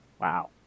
Wow